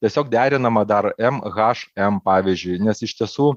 tiesiog derinama dar m h m pavyzdžiui nes iš tiesų